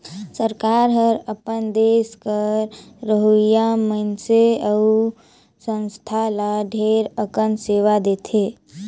सरकार हर अपन देस कर रहोइया मइनसे अउ संस्था ल ढेरे अकन सेवा देथे